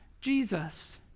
Jesus